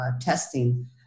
testing